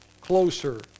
closer